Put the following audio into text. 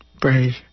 brave